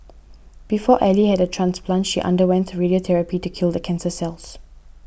before Ally had a transplant she underwent radiotherapy to kill the cancer cells